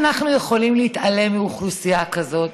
איך אנחנו יכולים להתעלם מאוכלוסייה כזאת?